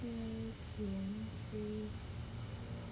mm